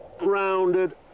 Rounded